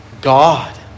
God